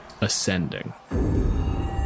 ascending